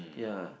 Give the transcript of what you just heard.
ya